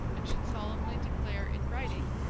and should solemnly declare in writing,